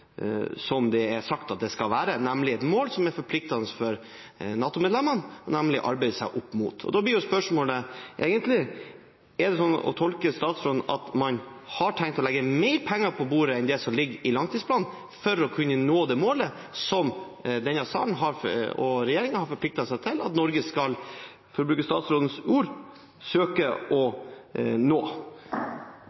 det skal være, nemlig et mål som er forpliktende for NATO-medlemmene å arbeide seg opp mot. Spørsmålet blir egentlig: Er det å tolke statsråden sånn at man har tenkt å legge mer penger på bordet enn det som ligger i langtidsplanen, for å kunne nå det målet som denne salen og regjeringen har forpliktet seg til at Norge skal – for å bruke statsrådens ord – søke